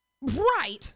Right